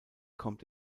kommt